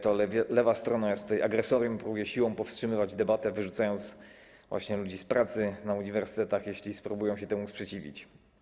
To lewa strona jest tutaj agresorem i próbuje siłą powstrzymywać debatę, wyrzucając właśnie ludzi z pracy na uniwersytetach, jeśli spróbują temu się sprzeciwić.